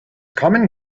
common